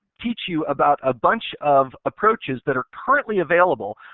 teach you about a bunch of approaches that are currently available,